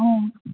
অঁ